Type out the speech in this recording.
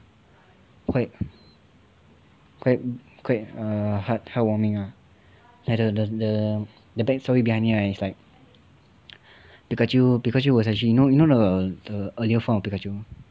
quite quite quite err heart heartwarming lah like the the the the backstory behind it right it's like pikachu pikachu was actually you know the the earlier form of pikachu